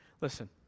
Listen